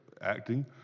acting